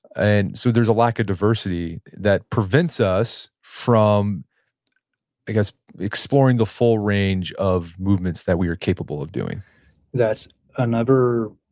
and so there's a lack of diversity that prevents us from i guess, exploring the full range of movements that we are capable of doing that's another